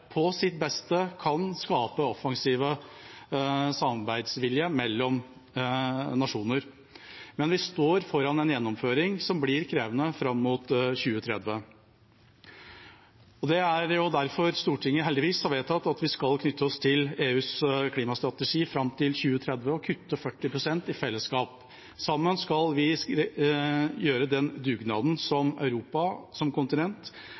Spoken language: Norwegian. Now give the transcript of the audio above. på sitt beste kan skape offensiv samarbeidsvilje mellom nasjoner. Men vi står foran en gjennomføring som blir krevende fram mot 2030. Det er derfor Stortinget heldigvis har vedtatt at vi skal knytte oss til EUs klimastrategi fram til 2030 og kutte 40 pst. i fellesskap. Sammen skal vi gjøre den dugnaden som Europa som kontinent